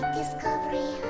discovery